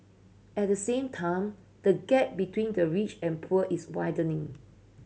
at the same time the gap between the rich and poor is widening